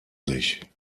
sich